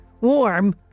warm